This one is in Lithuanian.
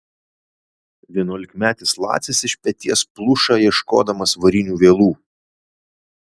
vienuolikmetis lacis iš peties pluša ieškodamas varinių vielų